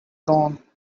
wrong